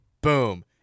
boom